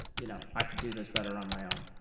you know i could do this better on my own.